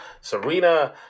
Serena